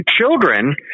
children